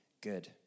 good